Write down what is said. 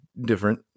different